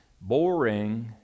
boring